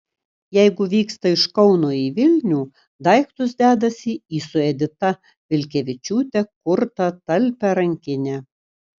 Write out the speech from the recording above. jeigu vyksta iš kauno į vilnių daiktus dedasi į su edita vilkevičiūte kurtą talpią rankinę